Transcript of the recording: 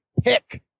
PICK